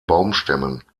baumstämmen